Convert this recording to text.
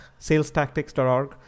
salestactics.org